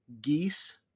geese